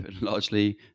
largely